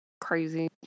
Crazy